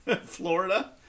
Florida